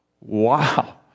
wow